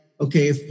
okay